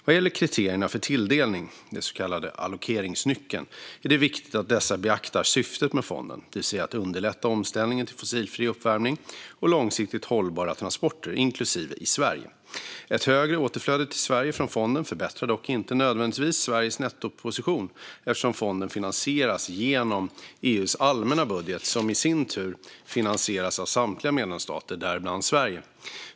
Vad gäller kriterierna för tilldelning, den så kallade allokeringsnyckeln, är det viktigt att dessa beaktar syftet med fonden: att underlätta omställningen till fossilfri uppvärmning och långsiktigt hållbara transporter, inklusive i Sverige. Ett högre återflöde till Sverige från fonden förbättrar dock inte nödvändigtvis Sveriges nettoposition eftersom fonden finansieras genom EU:s allmänna budget, som i sin tur finansieras av samtliga medlemsstater, däribland Sverige.